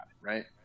right